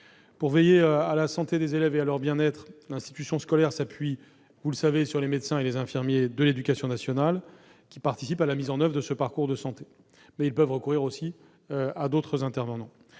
Pour veiller à la santé des élèves et à leur bien-être, l'institution scolaire s'appuie sur les médecins et les infirmiers de l'éducation nationale, qui participent à la mise en oeuvre de ce parcours de santé, mais elle peut également recourir à d'autres intervenants.